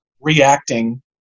reacting